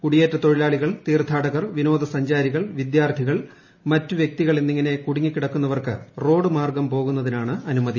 കുടിയേറ്റത്തൊഴിലാളികൾ തീർത്ഥാടകർ വിനോദസഞ്ചാരികൾ വിദ്യാർത്ഥികൾ മറ്റു വ്യക്തികൾ എന്നിങ്ങനെ കുടുങ്ങിക്കിടക്കുന്നവർക്ക് റോഡുമാർഗ്ഗം പോകുന്നതിനാണ് അനുമതി